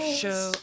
show